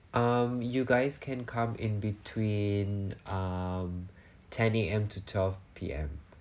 um you guys can come in between um ten A_M to twelve P_M